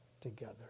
together